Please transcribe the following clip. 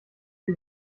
sie